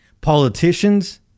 Politicians